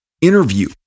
interview